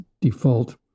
default